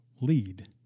lead